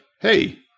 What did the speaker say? hey